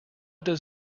does